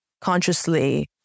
consciously